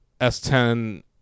S10